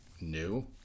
new